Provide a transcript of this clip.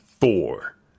four